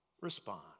respond